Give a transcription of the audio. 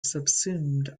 subsumed